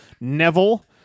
Neville